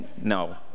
No